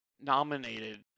nominated